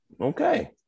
Okay